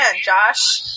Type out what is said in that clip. Josh